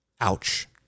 Ouch